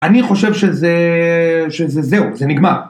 אני חושב שזה... שזה זהו, זה נגמר.